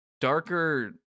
darker